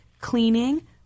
cleaning